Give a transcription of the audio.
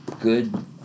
good